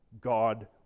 God